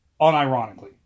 unironically